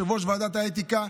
כיושב-ראש ועדת האתיקה.